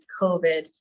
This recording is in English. COVID